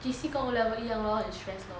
J_C 跟 O-level 一样 lor 很 stress